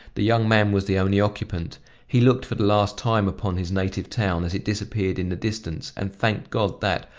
the young man was the only occupant he looked for the last time upon his native town as it disappeared in the distance and thanked god that,